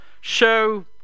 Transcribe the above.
show